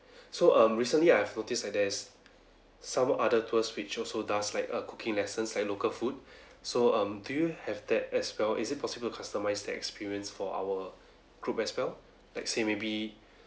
so um recently I've noticed like there's some other tours which also does like a cooking lessons like local food so um do you have that as well is it possible to customize that experience for our group as well like say maybe